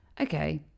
okay